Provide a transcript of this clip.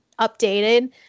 updated